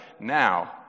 now